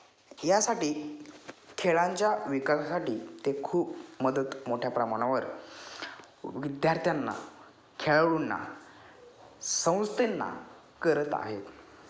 यासाठी खेळांच्या विकासासाठी ते खूप मदत मोठ्या प्रमाणावर विद्यार्थ्यांना खेळाडूंना संस्थांना करत आहेत